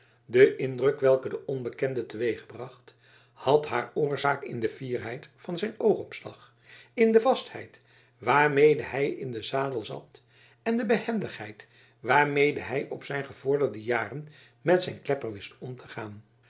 de indruk welken de onbekende teweegbracht had haar oorzaak in de fierheid van zijn oogopslag in de vastheid waarmede hij in den zadel zat en in de behendigheid waarmede hij op zijn gevorderde jaren met zijn klepper wist om te gaan